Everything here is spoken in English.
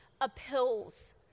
appeals